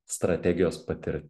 strategijos patir